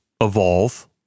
evolve